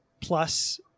plus